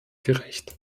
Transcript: gerecht